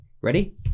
Ready